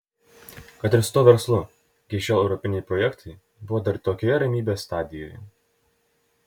kad ir su tuo verslu iki šiol europiniai projektai buvo dar tokioje ramybės stadijoje